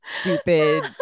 stupid